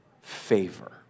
favor